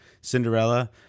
Cinderella